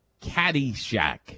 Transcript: Caddyshack